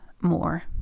more